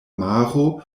maro